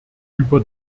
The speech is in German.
über